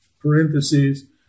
parentheses